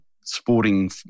sporting